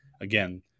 again –